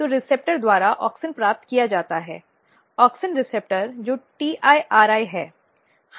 तो रिसेप्टर द्वारा ऑक्सिन प्राप्त किया जाता है ऑक्सिन रिसेप्टर जो TIR1 है